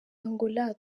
angola